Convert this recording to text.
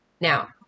Now